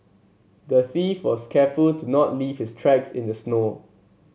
the thief was careful to not leave his tracks in the snow